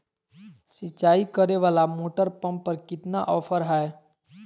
सिंचाई करे वाला मोटर पंप पर कितना ऑफर हाय?